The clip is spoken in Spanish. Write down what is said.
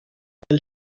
actuó